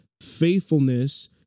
faithfulness